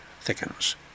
thickens